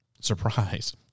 surprise